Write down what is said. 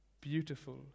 beautiful